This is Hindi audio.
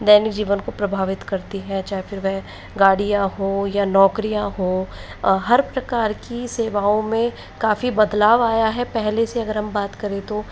दैनिक जीवन को प्रभावित करती हैं चाहे फिर वह गाड़ियाँ हों या नौकरियाँ हों हर प्रकार की सेवाओं में काफ़ी बदलाव आया है पहले से अगर हम बात करें तो